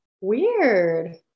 Weird